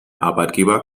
arbeitgeber